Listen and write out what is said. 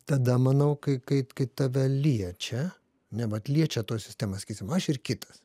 tada manau kai kai kai tave liečia ne vat liečia toj sistemoj sakysim aš ir kitas